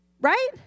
Right